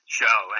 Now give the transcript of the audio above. show